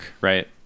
right